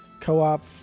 Co-op